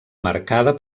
marcada